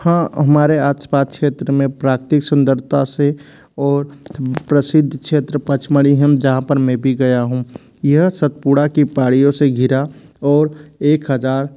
हाँ हमारे आसपास क्षेत्र में प्राकृतिक सुंदरता से और प्रसिद्ध क्षेत्र पचमढ़ी हम जहाँ पे मैं भी गया हूँ सतपुड़ा की पहाड़ियों से घिरा और एक हजार